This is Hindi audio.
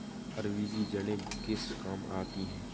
अरबी की जड़ें किस काम आती हैं?